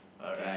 alright